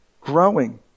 growing